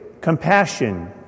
compassion